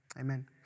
amen